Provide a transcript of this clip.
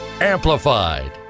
Amplified